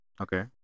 Okay